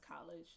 college